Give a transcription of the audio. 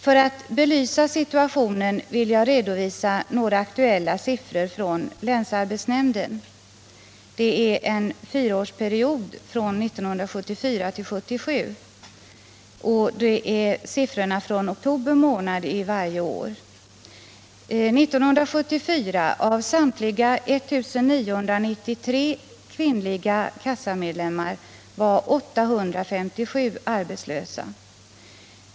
För att belysa situationen vill jag redovisa några aktuella siffror från länsarbetsnämnden. Uppgifterna omfattar en fyraårsperiod, 1974-1977, och anger förhållandena i oktober månad varje år. 1974 var av samtliga 1993 kvinnliga kassamedlemmar 857 arbetslösa.